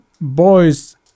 boy's